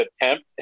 attempt